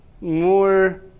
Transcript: more